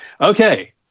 Okay